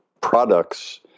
products